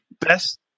best